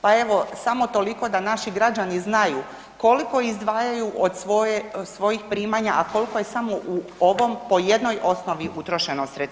Pa evo, samo toliko da naši građani znaju koliko izdvajaju od svojih primanja a koliko je samo u ovom po jednoj osnovi utrošeno sredstava.